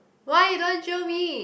why you don't want to jio me